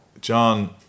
John